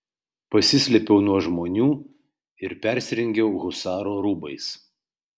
pasislėpiau nuo žmonių ir persirengiau husaro rūbais